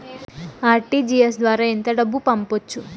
RTGS ద్వారా ఎంత డబ్బు పంపొచ్చు?